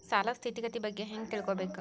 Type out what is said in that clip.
ಸಾಲದ್ ಸ್ಥಿತಿಗತಿ ಬಗ್ಗೆ ಹೆಂಗ್ ತಿಳ್ಕೊಬೇಕು?